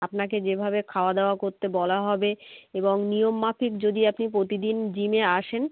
আপনাকে যেভাবে খাওয়া দাওয়া করতে বলা হবে এবং নিয়মমাফিক যদি আপনি প্রতিদিন জিমে আসেন